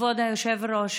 כבוד היושב-ראש,